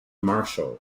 marshall